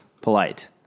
polite